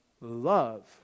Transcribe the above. Love